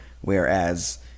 whereas